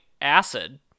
acid